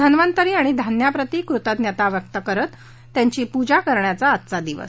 धन्वंतरी आणि धान्याप्रती कृतज्ञता व्यक्त करत त्यांची पूजा करण्याचा आजचा दिवस